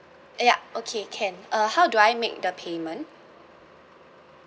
yup okay can uh how do I make the payment